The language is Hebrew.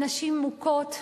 נשים מוכות,